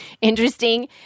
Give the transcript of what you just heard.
interesting